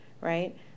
right